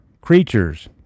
creatures